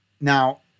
Now